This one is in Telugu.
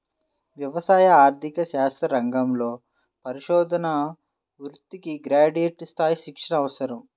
వ్యవసాయ ఆర్థిక శాస్త్ర రంగంలో పరిశోధనా వృత్తికి గ్రాడ్యుయేట్ స్థాయి శిక్షణ అవసరం